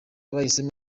bahisemo